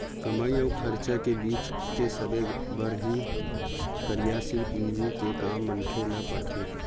कमई अउ खरचा के बीच के समे बर ही कारयसील पूंजी के काम मनखे ल पड़थे